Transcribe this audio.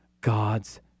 God's